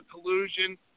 collusion